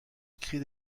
écrit